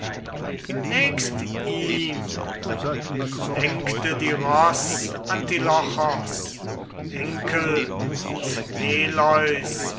nächst ihm lenkte die ross antilochos enkel des